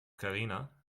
karina